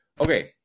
Okay